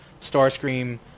Starscream